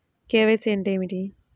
KYC అంటే ఏమిటి?